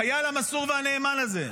החייל המסור והנאמן הזה,